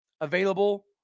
available